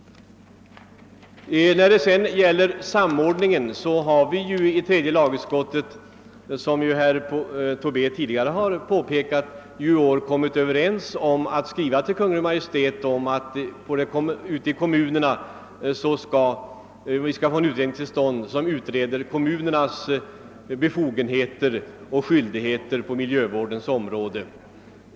Vad beträffar samordningen har vi i tredje lagutskottet, som herr Tobé tidigare påpekat, i år kommit överens om att skriva till Kungl. Maj:t och begära en utredning angående kommunernas befogenheter och skyldigheter på miljövårdens område.